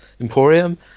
emporium